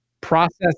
Process